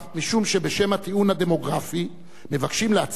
משום שבשם הטיעון הדמוגרפי מבקשים להציג